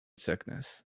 sickness